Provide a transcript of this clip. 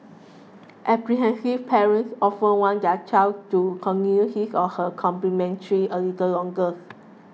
apprehensive parents often want their child to continue his or her chemotherapy a little longer